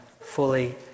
fully